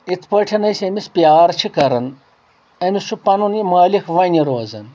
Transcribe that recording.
اِتھ پٲٹھۍ أسۍ أمِس پیار چھِ کران أمِس چھُ پنُن یہِ مٲلِک وۄنہِ روزان